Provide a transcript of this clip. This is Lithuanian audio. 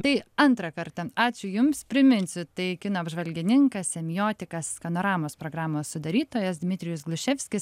tai antrą kartą ačiū jums priminsiu tai kino apžvalgininkas semiotikas skanoramos programos sudarytojas dmitrijus glušefskis